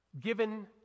Given